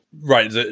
right